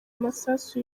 amasasu